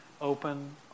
Open